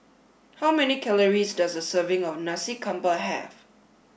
how many calories does a serving of Nasi Campur have